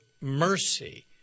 mercy